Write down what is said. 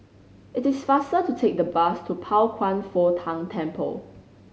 it is faster to take the bus to Pao Kwan Foh Tang Temple